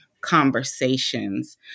conversations